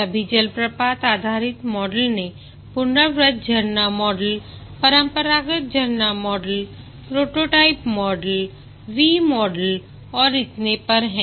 सभी जलप्रपात आधारित मॉडल में पुनरावृत्त झरना मॉडल परंपरागत झरना model prototype model V model और इतने पर है